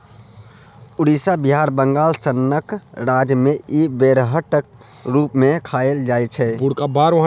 उड़ीसा, बिहार, बंगाल सनक राज्य मे इ बेरहटक रुप मे खाएल जाइ छै